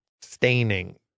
staining